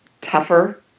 tougher